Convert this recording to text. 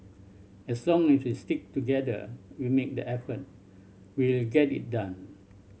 as long as we stick together we make the effort we will get it done